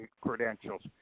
credentials